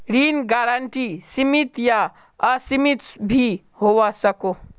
ऋण गारंटी सीमित या असीमित भी होवा सकोह